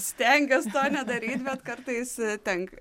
stengiuos to nedaryt bet kartais tenka